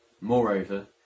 Moreover